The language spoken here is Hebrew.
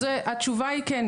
התשובה היא כן,